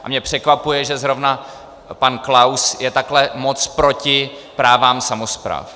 A mě překvapuje, že zrovna pan Klaus je takhle moc proti právům samospráv.